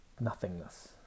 nothingness